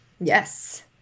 Yes